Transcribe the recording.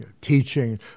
teaching